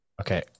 Okay